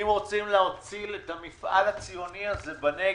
אם רוצים להציל את המפעל הציוני הזה בנגב,